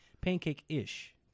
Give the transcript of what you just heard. Pancake-ish